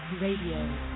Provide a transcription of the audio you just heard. Radio